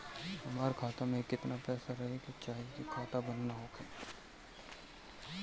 हमार खाता मे केतना पैसा रहे के चाहीं की खाता बंद ना होखे?